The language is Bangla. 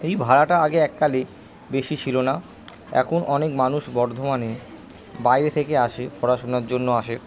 এই ভাড়াটা আগে এককালে বেশি ছিলো না এখন অনেক মানুষ বর্ধমানে বাইরে থেকে আসে পড়াশোনার জন্য আসে